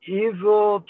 evil